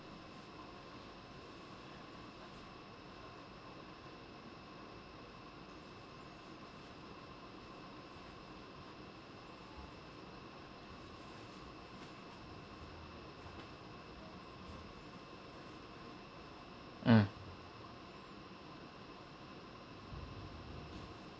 mm